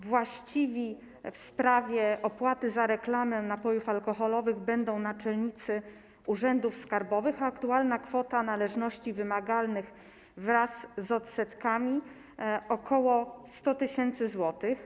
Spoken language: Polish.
Właściwi w sprawie opłaty za reklamy napojów alkoholowych będą naczelnicy urzędów skarbowych, a aktualna kwota należności wymagalnych wraz z odsetkami to ok. 100 tys. zł.